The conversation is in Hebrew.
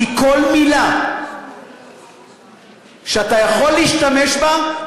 כי כל מילה שאתה יכול להשתמש בה,